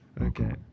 Okay